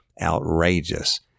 outrageous